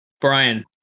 Brian